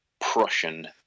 Prussian